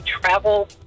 travel